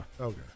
Okay